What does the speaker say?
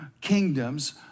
kingdoms